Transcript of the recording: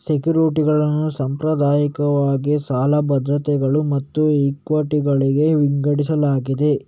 ಸೆಕ್ಯುರಿಟಿಗಳನ್ನು ಸಾಂಪ್ರದಾಯಿಕವಾಗಿ ಸಾಲ ಭದ್ರತೆಗಳು ಮತ್ತು ಇಕ್ವಿಟಿಗಳಾಗಿ ವಿಂಗಡಿಸಲಾಗಿದೆ